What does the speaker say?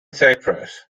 cyprus